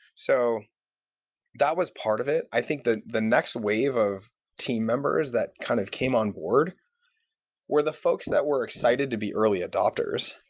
so that was part of it. i think the the next wave of team members that kind of came on board were the folks that were excited to be early adapters.